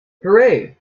hooray